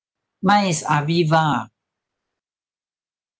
mine is aviva